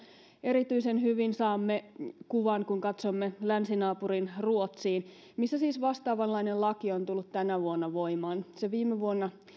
erityisen hyvin saamme kuvan kun katsomme länsinaapuriin ruotsiin missä siis vastaavanlainen laki on tullut tänä vuonna voimaan se viime vuonna